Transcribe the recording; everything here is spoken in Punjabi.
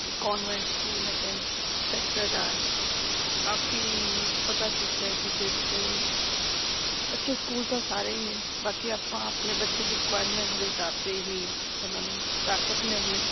ਇੱਕ ਕੋਨਵੈਂਟ ਸਕੂਲ ਹੈਗਾ ਹੈ ਸੈਕਰਟ ਹਾਰਟ ਕਾਫ਼ੀ ਪਤਾ ਕੀਤਾ ਕਿਸੇ 'ਚ ਅੱਛੇ ਸਕੂਲ ਤਾਂ ਸਾਰੇ ਹੀ ਨੇ ਬਾਕੀ ਆਪਾਂ ਆਪਣੇ ਬੱਚੇ ਦੀ ਰਿਕੁਆਇਰਮੈਂਟ ਦੇ ਹਿਸਾਬ 'ਤੇ ਹੀ ਉਨ੍ਹਾਂ ਨੂੰ ਕਰ ਸਕਦੇ ਐਡਮਿਟ